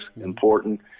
important